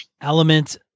element